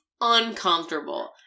uncomfortable